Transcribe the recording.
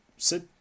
sit